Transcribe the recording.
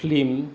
film